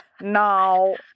now